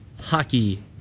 Hockey